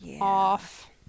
off